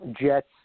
Jets